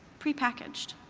pre packaged.